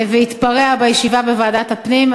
והתפרע בישיבה בוועדת הפנים.